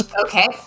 Okay